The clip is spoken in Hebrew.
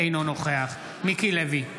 אינו נוכח מיקי לוי,